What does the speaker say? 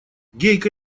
гейка